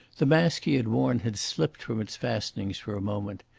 the mask he had worn had slipped from its fastenings for a moment.